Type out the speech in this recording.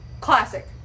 Classic